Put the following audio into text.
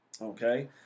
Okay